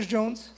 Jones